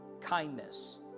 kindness